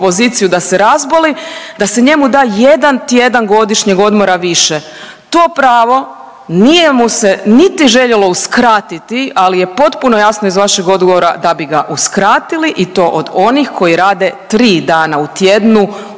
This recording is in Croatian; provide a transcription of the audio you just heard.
da se razboli, da se njemu da jedan tjedan godišnjeg odmora više. To pravo nije mu se niti željelo uskratiti, ali je potpuno jasno iz vašeg odgovora da bi ga uskratili i to od onih koji rade 3 dana u tjednu